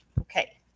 Okay